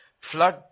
flood